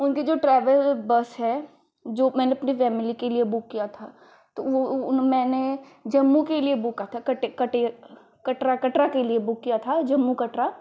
उनकी जो travel bus है जो मैंने अपने फैमिली के लिए बुक किया था तो वो उन मैंने जम्मू के लिए बुका था कटे कट कटरा कटरा के लिए बुक किया था जम्मू कटरा